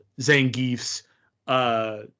Zangief's